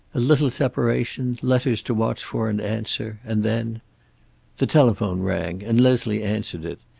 a little separation, letters to watch for and answer, and then the telephone rang, and leslie answered it.